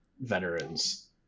veterans